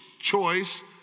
choice